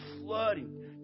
flooding